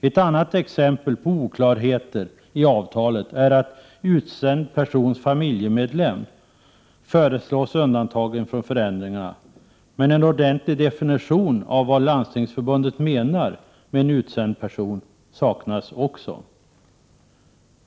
Ett annat exempel på oklarheter i avtalet är att ”utsänd persons familjemedlem” föreslås undantagen från förändringarna. Men en ordentlig definition av vad Landstingsförbundet menar med ”utsänd person” saknas.